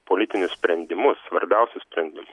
politinius sprendimus svarbiausius sprendimus